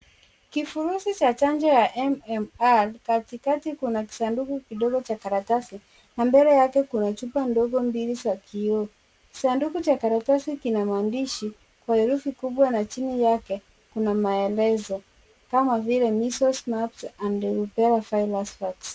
Kifurishi kidogo cha MMR ,katikati kuna kisanduku kidogo cha karatasi na mbele yake kuna chupa ndogo mbili za kioo. Sanduku cha karatasi kina maandishi kwa herufi kubwa na chini yake kuna maelezo kama vile [c]Measles, Mumps and Rubella Virus Vaccine[c].